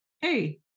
hey